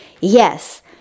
Yes